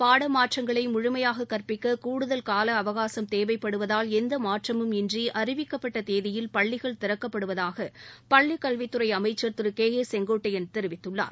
பாட மாற்றங்களை முழுமையாக கற்பிக்க கூடுதல் கால அவகாசம் தேவைப்படுவதால் எந்த மாற்றமும் இன்றி அறிவிக்கப்பட்ட தேதியில் பள்ளிகள் திறக்கப்படுவதாக பள்ளி கல்வித் துறை அமைச்சர் திரு கே ஏ செங்கோட்டையன் தெரிவித்துள்ளார்